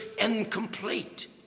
incomplete